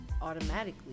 Automatically